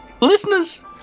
Listeners